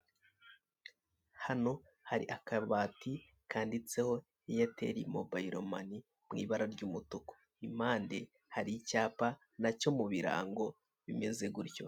Hano hari akabati kanditseho eyateri mobiro mane mu ibara ry'umutuku, impande hari icyapa nacyo mu birango bimeze gutyo.